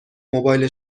موبایل